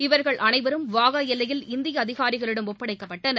இவர்கள் அனைவரும் வாகா எல்லையில் இந்திய அதிகாரிகளிடம் ஒப்படைக்கப்பட்டனர்